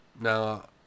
Now